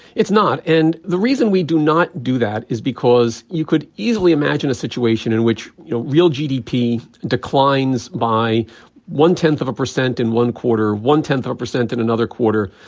it's not. and the reason we do not do that is because you could easily imagine a situation in which you know real gdp declines by one-tenth of a percent in one quarter, or one-tenth of a percent in another quarter,